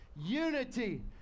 Unity